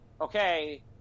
okay